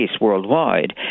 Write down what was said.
worldwide